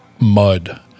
mud